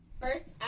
First